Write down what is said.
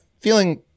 feeling